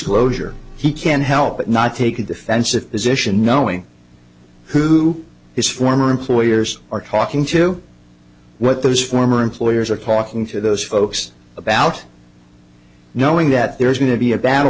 slow sure he can help but not take a defensive position knowing who his former employers are talking to what those former employers are talking to those folks about knowing that there is going to be a